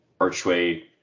archway